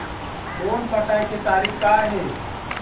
Loan पटाए के तारीख़ का हे?